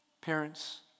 Parents